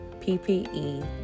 PPE